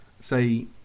say